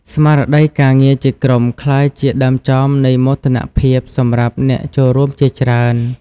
ស្មារតីការងារជាក្រុមក្លាយជាដើមចមនៃមោទនភាពសម្រាប់អ្នកចូលរួមជាច្រើន។